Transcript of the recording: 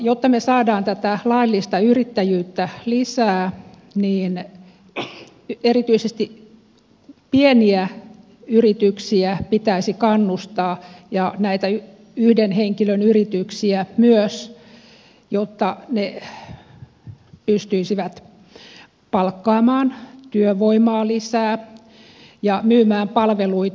jotta me saamme tätä laillista yrittäjyyttä lisää erityisesti pieniä yrityksiä pitäisi kannustaa ja näitä yhden henkilön yrityksiä myös jotta ne pystyisivät palkkaamaan työvoimaa lisää ja myymään palveluitaan